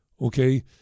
okay